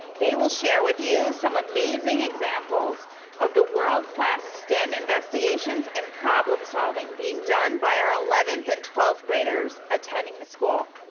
they will share with you some amazing examples of the world class stem investigations and problem solving being done by our eleventh and twelfth graders attending the school.